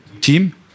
team